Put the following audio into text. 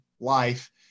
life